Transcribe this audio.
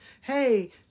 Hey